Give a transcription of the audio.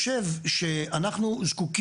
אין מה לעשות,